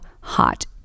hot